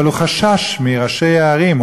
אבל הוא חשש מראשי הערים,